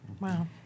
Wow